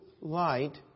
light